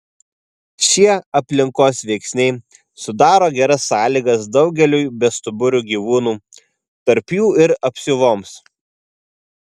šie aplinkos veiksniai sudaro geras sąlygas daugeliui bestuburių gyvūnų tarp jų ir apsiuvoms